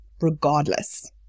Regardless